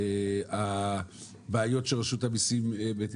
או למשל הבעיות שרשות המיסים עושה.